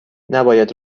نباید